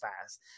fast